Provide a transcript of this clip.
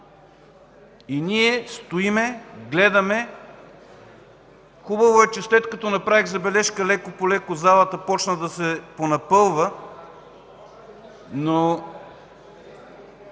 а ние стоим, гледаме. Хубаво е, че след като направих забележка, лека-полека залата започна да се понапълва.